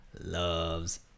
loves